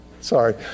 sorry